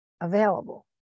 available